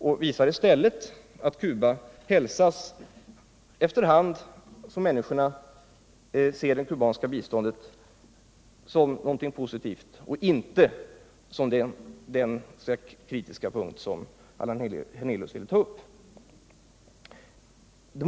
Det visar istället att Cuba hälsas välkommet, efter hand som människorna i Zambia ser det kubanska biståndet som något positivt och inte alls strängt kritiskt, som Allan Hernelius ville göra gällande.